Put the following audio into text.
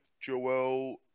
Joel